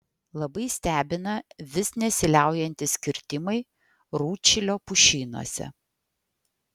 labai stebina vis nesiliaujantys kirtimai rūdšilio pušynuose